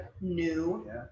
new